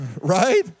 right